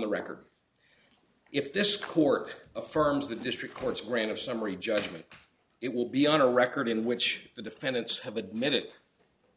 the record if this court affirms the district court's grant of summary judgment it will be on a record in which the defendants have admitted